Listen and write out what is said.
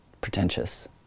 pretentious